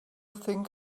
think